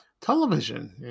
television